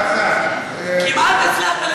כמעט הצלחת,